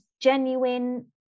genuine